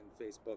Facebook